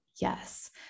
yes